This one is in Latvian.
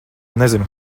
nezinu